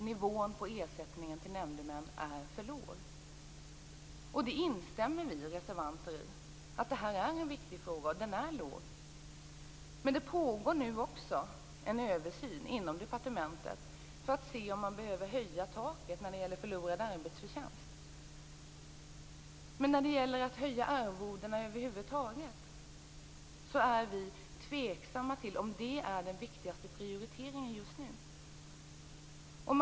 Nivån på ersättningen till nämndemän är för låg. Vi reservanter instämmer i detta. Det är en viktig fråga, och ersättningen är låg. Men nu pågår det också en översyn inom departementet för att se om man behöver höja taket när det gäller förlorad arbetsförtjänst . Vi är tveksamma till om det är den viktigaste prioriteringen att höja arvodena just nu.